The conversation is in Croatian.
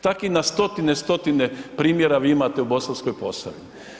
Takvi na stotine i stotine primjera vi imate u Bosanskoj Posavini.